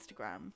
Instagram